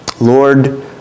Lord